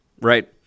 right